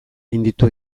gainditu